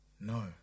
No